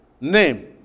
name